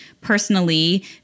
personally